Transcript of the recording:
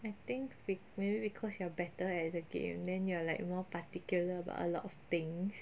I think maybe because you are better at the game then you are like more particular but a lot of things